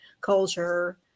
culture